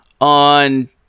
on